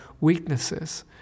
weaknesses